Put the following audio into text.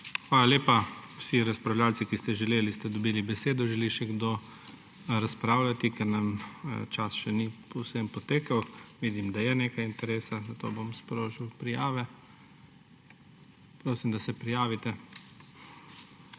Hvala lepa. Vsi razpravljavci, ki ste to želeli, ste dobili besedo. Želi še kdo razpravljati, ker nam čas še ni povsem potekel? Vidim, da je nekaj interesa, zato bom sprožil prijave. Prosim, da se prijavite.